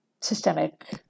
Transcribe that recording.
systemic